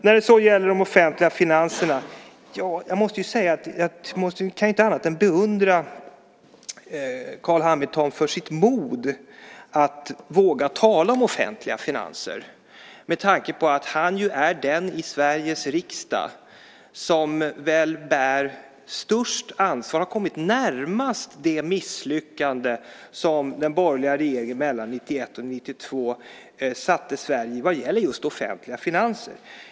När det så gäller de offentliga finanserna måste jag säga att jag inte kan annat än beundra Carl B Hamilton för hans mod att våga tala om offentliga finanser, med tanke på att han ju är den i Sveriges riksdag som väl bär störst ansvar för och har kommit närmast det misslyckande som den borgerliga regeringen satte Sverige i mellan 1991 och 1992 vad gäller just offentliga finanser.